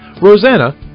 Rosanna